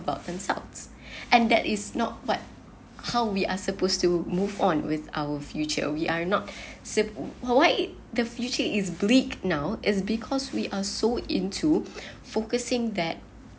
about insults and that is not what how we are supposed to move on with our future we are not sit of what if the future is bleak now is because we are so into focusing that